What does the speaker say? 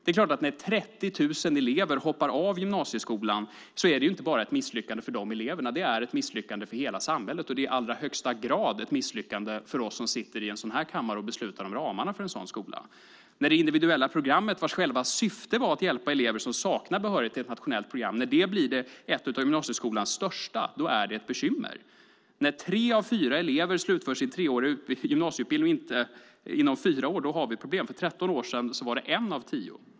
När 30 000 elever hoppar av gymnasieskolan är det inte bara ett misslyckande för de eleverna. Det är ett misslyckande för hela samhället och i allra högsta grad ett misslyckande för oss som sitter i denna kammare och beslutar om ramarna för en sådan skola. När det individuella programmet, vars själva syfte var att hjälpa elever som saknar behörighet till ett nationellt program, blir ett av gymnasieskolans största är det ett bekymmer. När tre av fyra elever slutför sin treåriga gymnasieutbildning inom fyra år har vi ett problem. För 13 år sedan var det en av tio.